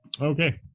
Okay